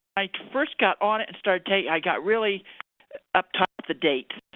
i first got on it and started taking i got really up to date.